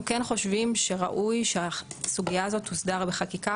אנחנו כן חושבים שראוי שהסוגייה הזאת תוסדר בחקיקה,